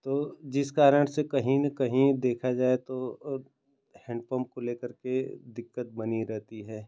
तो जिस कारण से कहीं न कहीं देखा जाए तो हैन्डपम्प को लेकर के दिक्कत बनी रहती है